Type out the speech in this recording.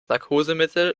narkosemittel